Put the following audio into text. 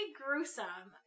gruesome